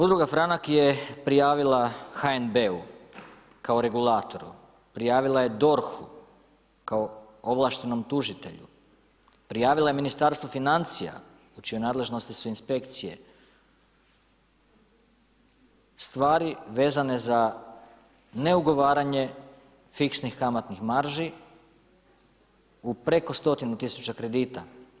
Udruga Franak je prijavila HNB-u kao regulatoru, prijavila je DORH-u kao ovlaštenom tužitelju, prijavila je Ministarstvu financija u čijoj nadležnosti su inspekcije, stvari vezane za neugovaranje fiksnih kamatnih marži u preko stotinu tisuća kredita.